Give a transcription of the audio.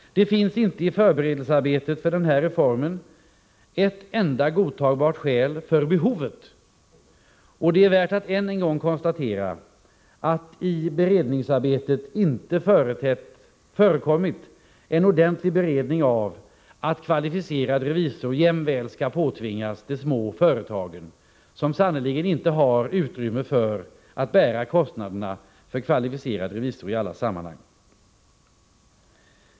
Det finns inte i förarbetena för reformen ett enda godtagbart skäl för behovet, och det är värt att än en gång konstatera att det i beredningsarbetet inte förekommit en ordentlig beredning beträffande att kvalificerad revisor jämväl skall påtvingas de små företagen, som sannerligen inte har utrymme för att bära kostnaderna för kvalificerad revisor i alla sammanhang.